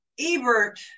Ebert